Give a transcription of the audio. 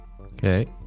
Okay